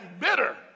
bitter